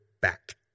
back